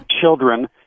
children